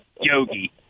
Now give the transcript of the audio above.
Yogi